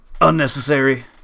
Unnecessary